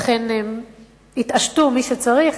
אכן הם יתעשתו, מי שצריך,